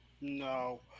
No